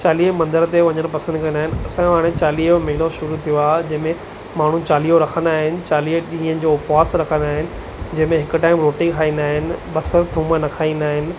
चालीहो मंदर ते वञणु पसंदि कंदा आहिनि असांजो हाणे चालीहो मेलो शुरू थियो आहे जंहिंमें माण्हू चालीहो रखंदा आहिनि चालीह ॾींहनि जो उपवास रखंदा आहिनि जंहिंमें हिकु टाइम रोटी खाईंदा आहिनि बसर थूम न खाईंदा आहिनि